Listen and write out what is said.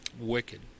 wicked